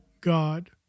God